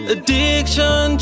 Addiction